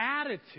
attitude